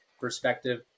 perspective